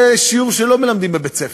זה שיעור שלא מלמדים בבית-ספר.